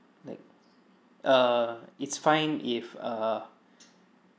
like err it's fine if uh